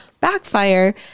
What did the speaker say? backfire